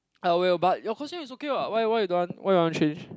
I will but your costume is okay what why why you don't want why you want to change